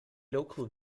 local